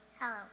Hello